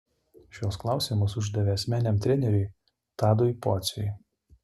šiuos klausimus uždavė asmeniniam treneriui tadui pociui